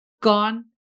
gone